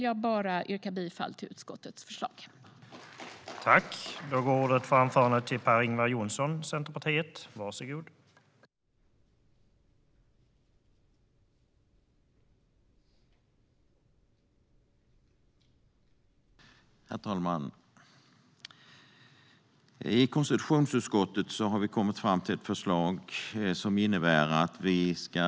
Jag yrkar bifall till utskottets förslag i utlåtandet.